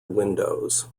windows